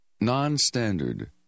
Non-standard